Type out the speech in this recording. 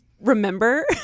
remember